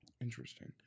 interesting